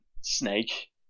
snake